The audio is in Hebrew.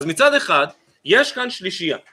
‫אז מצד אחד, יש כאן שלישייה.